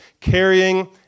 carrying